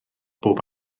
bob